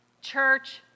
Church